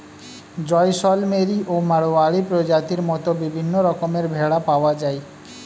জয়সলমেরি ও মাড়োয়ারি প্রজাতির মত বিভিন্ন রকমের ভেড়া পাওয়া যায়